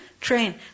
train